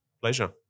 Pleasure